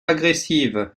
agressive